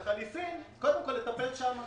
וקודם כל לטפל שם.